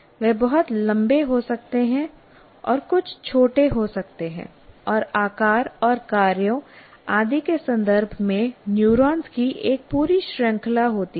वे बहुत लंबे हो सकते हैं और कुछ छोटे हो सकते हैं और आकार और कार्यों आदि के संदर्भ में न्यूरॉन्स की एक पूरी श्रृंखला होती है